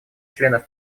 членов